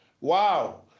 Wow